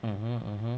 mmhmm mmhmm